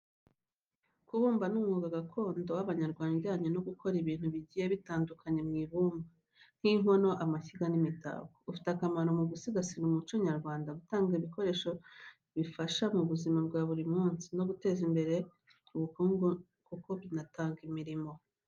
Kubumba ni umwuga gakondo w’Abanyarwanda ujyanye no gukora ibintu bigiye bitandukanye mu ibumba, nk’inkono, amashyiga, n’imitako. Ufite akamaro mu gusigasira umuco nyarwanda, gutanga ibikoresho bifasha mu buzima bwa buri munsi, no guteza imbere ubukungu kuko binatanga imirimo.